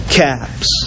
caps